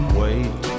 wait